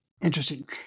Interesting